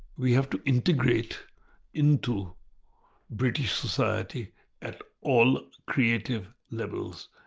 we have to integrate into british society at all creative levels.